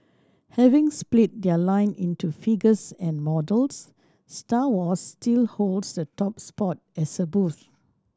having split their line into figures and models Star Wars still holds the top spot as a booth